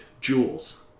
jewels